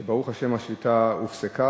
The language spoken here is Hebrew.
כי ברוך השם השביתה הופסקה.